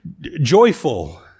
joyful